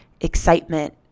excitement